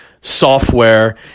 software